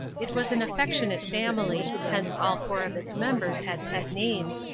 it was an affectionate family, hence all four of its members had pet names,